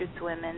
women